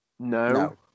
No